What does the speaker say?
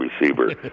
receiver